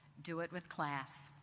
do it with class.